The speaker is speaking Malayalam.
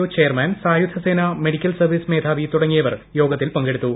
ഒ ചെയർമാൻ സായുധ സേനാ മെഡിക്കൽ സർവീസ് മേധാവി തുടങ്ങിയവർ യോഗത്തിൽ പങ്കെടുത്തു